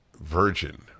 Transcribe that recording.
virgin